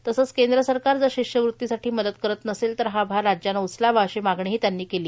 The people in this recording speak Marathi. तसंच कैंद्र सरकार जर शिष्यवृत्तीसाठी मदत करत नसेल तर हा भार राज्याने उचलावा अशी मागणीही त्यांनी केली